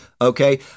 Okay